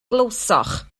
glywsoch